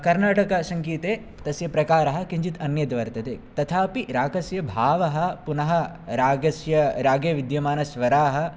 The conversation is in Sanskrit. कर्नाटकसङ्गीते तस्य प्रकारः किञ्चित् अन्यत् वर्तते तथापि रागस्य भावः पुनः रागस्य रागे विद्यमानस्वराः